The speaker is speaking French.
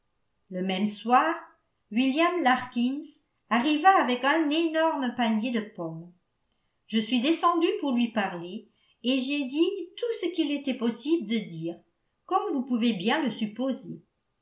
le même soir william larkins arriva avec un énorme panier de pommes je suis descendue pour lui parler et j'ai dit tout ce qu'il était possible de dire comme vous pouvez bien le supposer